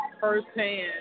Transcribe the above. firsthand